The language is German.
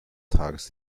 tages